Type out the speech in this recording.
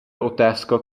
otázka